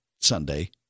Sunday